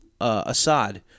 Assad